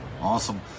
Awesome